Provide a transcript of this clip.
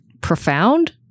profound